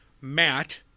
matt